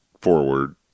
forward